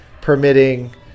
permitting –